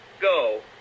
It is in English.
go